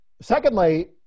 Secondly